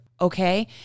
Okay